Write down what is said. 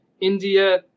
india